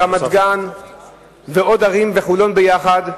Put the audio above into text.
רמת-גן ועוד ערים, וחולון יחד,